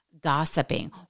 gossiping